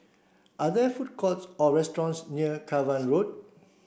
are there food courts or restaurants near Cavan Road